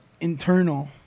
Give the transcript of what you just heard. internal